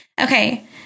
Okay